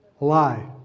Lie